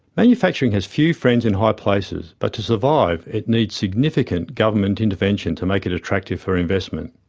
manufacturing has few friends in high places, but to survive it needs significant government intervention to make it attractive for investment.